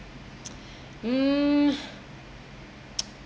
um